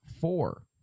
four